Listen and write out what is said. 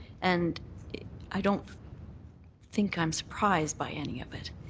and i don't think i'm surprised by any of it.